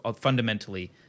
fundamentally